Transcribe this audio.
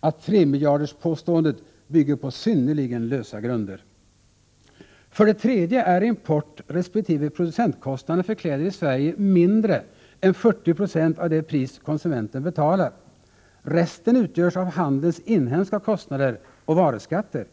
att 3-miljarderspåståendet bygger på synnerligen lösa grunder. För det tredje är importresp. producentkostnaden för kläder i Sverige mindre än 40 26 av det pris konsumenten betalar. Resten utgörs av handelns inhemska kostnader och varuskatter.